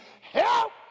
help